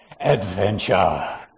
adventure